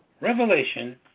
Revelation